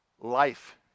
life